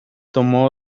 tomo